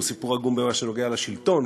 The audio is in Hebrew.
הוא סיפור עגום במה שקשור לשלטון,